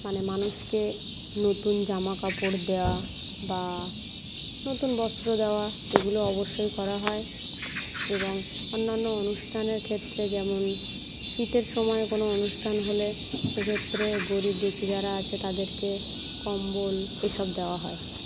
মানে মানুষকে নতুন জামা কাপড় দেওয়া বা নতুন বস্ত্র দেওয়া এগুলো অবশ্যই করা হয় এবং অন্যান্য অনুষ্ঠানের ক্ষেত্রে যেমন শীতের সময় কোনো অনুষ্ঠান হলে সে ক্ষেত্রে গরিব দুখি যারা আছে তাদেরকে কম্বল এসব দেওয়া হয়